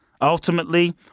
Ultimately